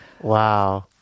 wow